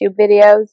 videos